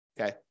Okay